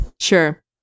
Sure